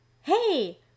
hey